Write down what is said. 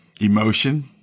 emotion